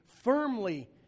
firmly